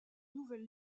nouvelle